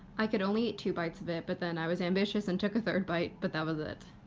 i could only eat two bites of it but then i was ambitious and took a third bite, but that was it.